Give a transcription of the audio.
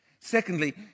Secondly